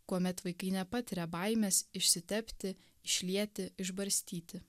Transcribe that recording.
kuomet vaikai nepatiria baimės išsitepti išlieti išbarstyti